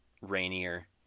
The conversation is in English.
rainier